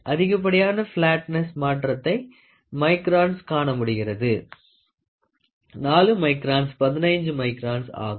அதிகப்படியான பிளாட்ன்ஸ் மாற்றத்தை மைக்ரான்சில் காணமுடிகிறது 4 microns 15 microns ஆகும்